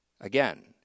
Again